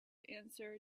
answer